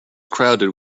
crowded